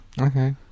Okay